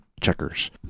checkers